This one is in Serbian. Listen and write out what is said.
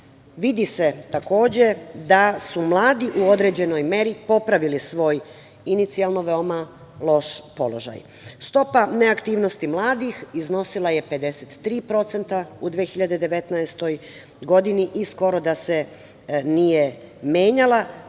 vidi se takođe da su mladi u određenoj meri popravili svoj inicijalno veoma loš položaj. Stopa neaktivnosti mladih iznosila je 53% u 2019. godini i skoro da se nije menjala.